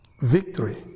victory